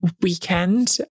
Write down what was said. weekend